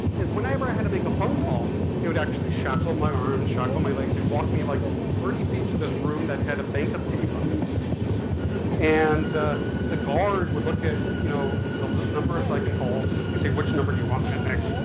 is whenever i had to make a phone call, they would actually shackle my arms, shackle my legs, they'd walk me like thirty feet to this room that had a bank of pay phones and the guard would look at you know the numbers i can call. he'd say, which number do you want, mitnick?